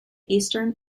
eastern